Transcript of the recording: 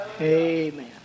Amen